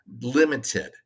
Limited